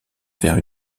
vers